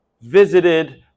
visited